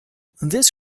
this